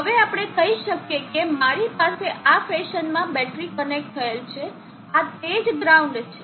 હવે આપણે કહી શકીએ કે મારી પાસે આ ફેશનમાં બેટરી કનેક્ટ થયેલ છે આ તે જ ગ્રાઉન્ડ છે